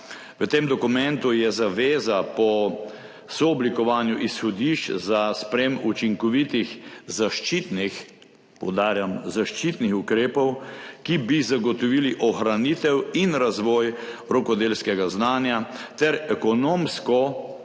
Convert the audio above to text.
V tem dokumentu je zaveza po sooblikovanju izhodišč za sprejetje učinkovitih zaščitnih, poudarjam, zaščitnih ukrepov, ki bi zagotovili ohranitev in razvoj rokodelskega znanja ter ekonomsko